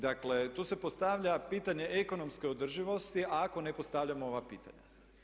Dakle tu se postavlja pitanje ekonomske održivosti ako ne postavljamo ova pitanja.